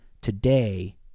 Today